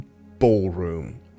ballroom